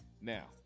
Now